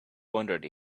wondered